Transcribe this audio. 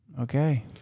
Okay